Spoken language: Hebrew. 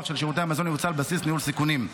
של שירות המזון יבוצע על בסיס ניהול סיכונים.